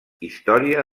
història